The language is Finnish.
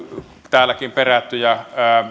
täälläkin perättyjä